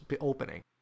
opening